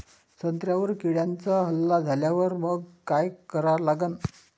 संत्र्यावर किड्यांचा हल्ला झाल्यावर मंग काय करा लागन?